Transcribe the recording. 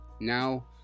Now